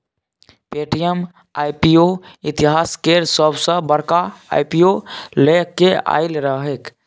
Paytm IPO इतिहास केर सबसॅ बड़का आई.पी.ओ लए केँ आएल रहैक